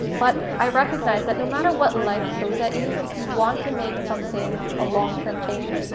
but i recognize that no matter what life throws at you, if you want to make something a long-term change,